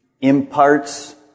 imparts